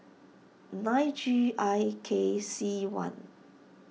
nine G I K C one